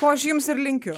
o aš jums ir linkiu